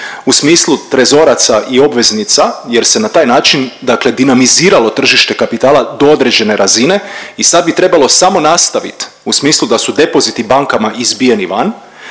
u smislu trezoraca i obveznica jer se na taj način dakle dinamiziralo tržište kapitala do određene razine i sad bi trebalo samo nastaviti u smislu da su depoziti bankama izbijeni van,